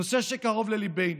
נושא שקרוב לליבנו.